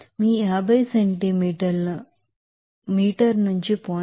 ఇది మీ 50 సెంటీమీటర్లు మీటర్ నుంచి 0